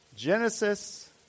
Genesis